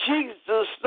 Jesus